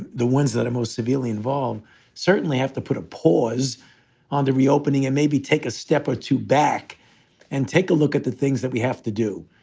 the ones that are most severely involve certainly have to put a pause on the reopening and maybe take a step or two back and take a look at the things that we have to do.